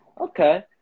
Okay